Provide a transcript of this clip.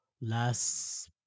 last